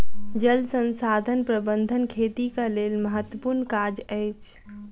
जल संसाधन प्रबंधन खेतीक लेल महत्त्वपूर्ण काज अछि